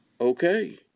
Okay